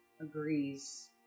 agrees